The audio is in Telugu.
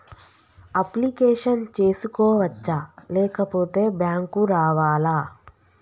అప్లికేషన్ చేసుకోవచ్చా లేకపోతే బ్యాంకు రావాలా?